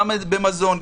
גם במזון,